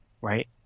right